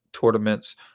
Tournaments